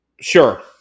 sure